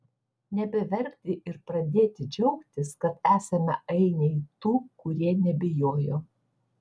nebeverkti ir pradėti džiaugtis kad esame ainiai tų kurie nebijojo